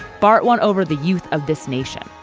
bart won over the youth of this nation.